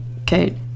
Okay